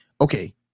okay